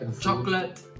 chocolate